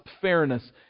fairness